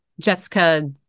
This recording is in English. Jessica